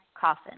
Coffin